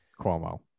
Cuomo